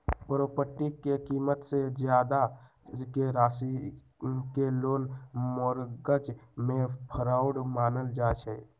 property के कीमत से जादा के राशि के लोन मोर्गज में फरौड मानल जाई छई